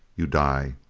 you die!